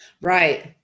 Right